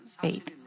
faith